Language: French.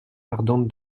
ardente